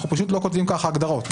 אנחנו פשוט לא כותבים כך הגדרות.